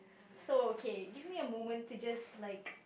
so okay give me a moment to just like